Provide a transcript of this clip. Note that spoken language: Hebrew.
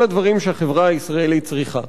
כל הדברים שהחברה הישראלית צריכה.